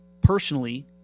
personally